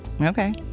Okay